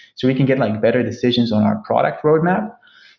so we can get like better decisions on our product roadmap.